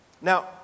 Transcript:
Now